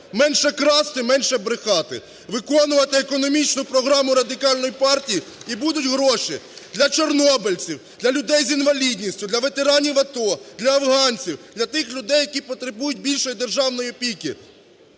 менше красти, менше брехати, виконувати економічну програму Радикальної партії, і будуть гроші для чорнобильців, для людей з інвалідністю, для ветеранів АТО, для афганців, для тих людей, які потребують більшої державної опіки.